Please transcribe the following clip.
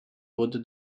wurde